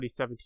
2017